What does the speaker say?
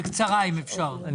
בקצרה אם אפשר.